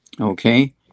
okay